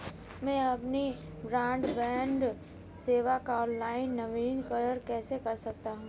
मैं अपनी ब्रॉडबैंड सेवा का ऑनलाइन नवीनीकरण कैसे कर सकता हूं?